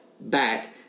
back